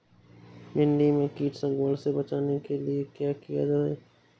भिंडी में कीट संक्रमण से बचाने के लिए क्या किया जाए?